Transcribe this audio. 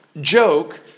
joke